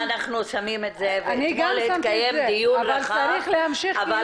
אני גם שמתי את זה, אבל צריך להמשיך ולעקוב.